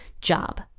job